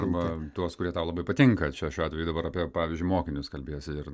arba tuos kurie tau labai patinka čia šiuo atveju dabar apie pavyzdžiui mokinius kalbiesi ir